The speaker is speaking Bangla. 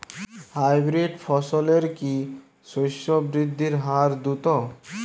হাইব্রিড ফসলের কি শস্য বৃদ্ধির হার দ্রুত?